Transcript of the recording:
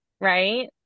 right